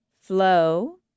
Flow